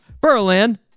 Berlin